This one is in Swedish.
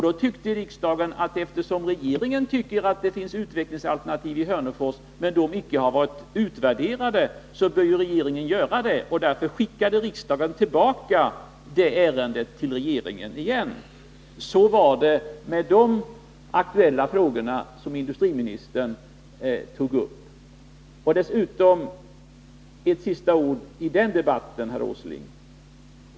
Då tyckte riksdagen att eftersom regeringen anser att det finns utvecklingsalternativ i Hörnefors men dessa inte varit föremål för utvärdering, bör regeringen göra en sådan, och därför skickade riksdagen tillbaka detta ärende till regeringen. Så var fallet med de aktuella frågor som industriministern här tog upp. Dessutom ett sista ord i debatten, herr Åsling!